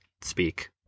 speak